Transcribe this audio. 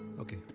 okay.